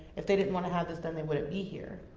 if they didn't want to have this done, they wouldn't be here.